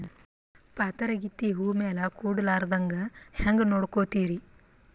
ಪಾತರಗಿತ್ತಿ ಹೂ ಮ್ಯಾಲ ಕೂಡಲಾರ್ದಂಗ ಹೇಂಗ ನೋಡಕೋತಿರಿ?